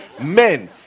Men